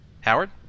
Howard